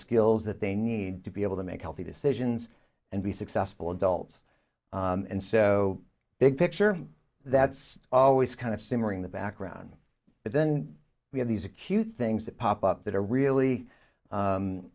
skills that they need to be able to make healthy decisions and be successful adults and so big picture that's always kind of simmering the background but then we have these acute things that pop up that are really